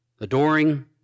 adoring